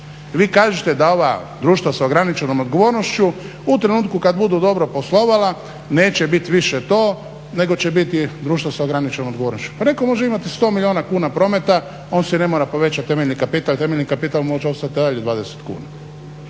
Vi kažete da ova društva s ograničenom odgovornošću u trenutku kad budu dobro poslovala neće bit više to nego će biti društvo s ograničenom odgovornošću. Pa netko može imati 100 milijuna kuna prometa, on si ne mora povećati temeljni kapital. Temeljni kapital može ostat i dalje 20 kuna.